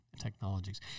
technologies